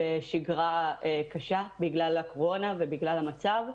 בשגרה קשה בגלל הקורונה ובגלל המצב,